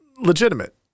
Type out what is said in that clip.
legitimate